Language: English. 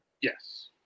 Yes